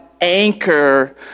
anchor